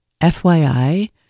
FYI